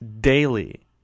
daily